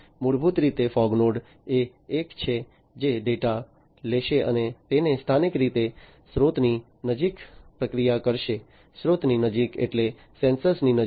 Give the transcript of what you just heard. મૂળભૂત રીતે fog node એ એક છે જે ડેટા લેશે અને તેને સ્થાનિક રીતે સ્ત્રોતની નજીક પ્રક્રિયા કરશે સ્ત્રોતની નજીક એટલે સેન્સરની નજીક